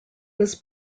was